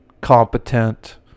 competent